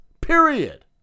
Period